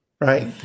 right